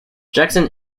jackson